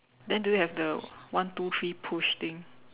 then do you have the one two three push thing